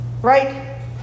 right